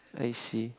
I see